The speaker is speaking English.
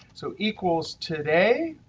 so equals today,